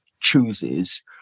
chooses